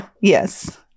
yes